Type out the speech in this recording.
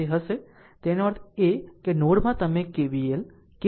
આમ તે હશે તેનો અર્થ એ કે આ નોડ માં તમે KCL લાગુ કરો છો